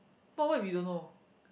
but what if you don't know